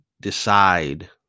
decide